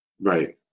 Right